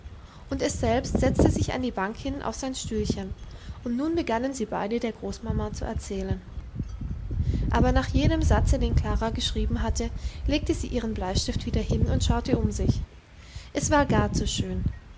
und es selbst setzte sich an die bank hin auf sein stühlchen und nun begannen sie beide der großmama zu erzählen aber nach jedem satze den klara geschrieben hatte legte sie ihren bleistift wieder hin und schaute um sich es war gar zu schön